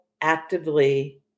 actively